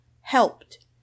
helped